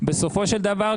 בסופו של דבר,